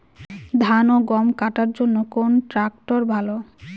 ধান ও গম কাটার জন্য কোন ট্র্যাক্টর ভালো?